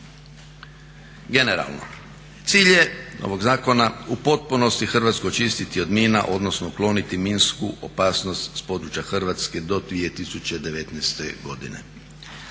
Generalno cilj je ovog zakona u potpunosti Hrvatsku očistiti od mina, odnosno ukloniti minsku opasnost s područja Hrvatske do 2019. godine.